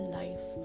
life